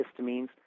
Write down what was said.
histamines